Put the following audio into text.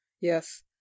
yes